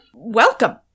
Welcome